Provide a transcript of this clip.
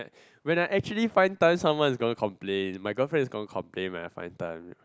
when I actually find time someone's gonna complain my girlfriend is gonna complain when I find time